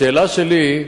השאלה שלי: